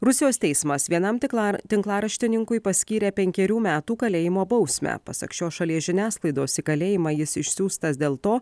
rusijos teismas vienam tiklar tinklaraštininkui paskyrė penkerių metų kalėjimo bausmę pasak šios šalies žiniasklaidos į kalėjimą jis išsiųstas dėl to